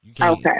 Okay